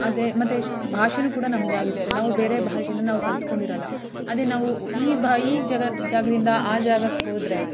ಅದೇ ಮತ್ತು ಶ ಭಾಷೆಯೂ ಕೂಡ ನಮ್ಮದೇ ಆಗಿರುತ್ತೆ ನಾವು ಬೇರೆ ಭಾಷೇನ ನಾವು ಕಲಿತ್ಕೊಂಡಿರೋಲ್ಲ ಅದೇ ನಾವು ಈ ಭಾ ಈ ಜಗದ ಈ ಜಾಗದಿಂದ ಆ ಜಾಗಕ್ಕೆ ಹೋದರೆ